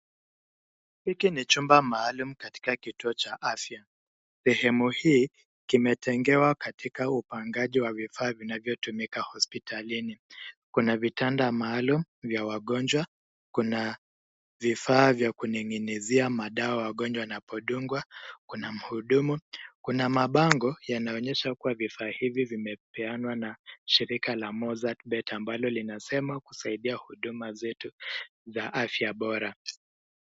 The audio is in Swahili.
Hiki ni chumba maalum katika kituo cha afya. Sehemu hii kimetengewa katika upangaji wa vifaa vinavyotumika hospitalini. Kuna vitanda maalum vya wagonjwa. Kuna vifaa vya kuning'inizia madawa wagonjwa wanapodungwa. Kuna mhudumu. Kuna mabango yanaonyesha kuwa vifaa hivi vimepanwa na shirika la Mozzart Bet ambalo linasema kusaidia huduma zetu za afya bora.